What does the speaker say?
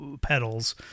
pedals